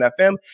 FM